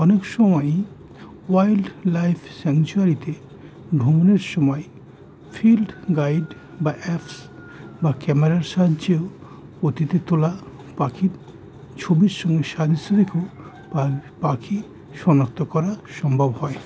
অনেক সময়ই wild life স্যাংচুয়ারিতে ভ্রমণের সময় ফিল্ড গাইড বা অ্যাপস বা ক্যামেরার সাহায্যেও অতীথ তোলা পাখির ছবির সঙ্গে স্বাদস্য দেখও পাখি শনাক্ত করা সম্ভব হয়